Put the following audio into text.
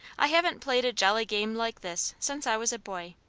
i haven't played a jolly game like this since i was a boy.